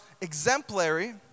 exemplary